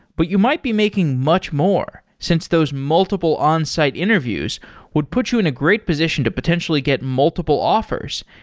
but you might be making much more, since those multiple on-site interviews would put you in a great position to potentially get multiple offers.